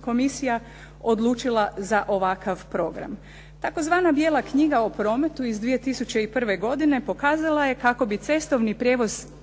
komisija odlučila za ovakav program? Tzv. Bijela knjiga o prometu iz 2001. godine pokazala je kako bi cestovni prijevoz